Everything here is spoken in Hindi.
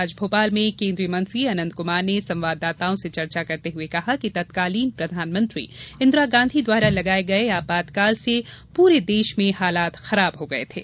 आज भोपाल में केन्द्रीय मंत्री अनंत कुमार ने संवाददाताओं से चर्चा करते हथे कहा कि तत्कालीन प्रधानमंत्री इंदिरा गांधी द्वारा लगाये गये आपातकाल से पूरे देश में हालात खराब हो गये थे